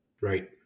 Right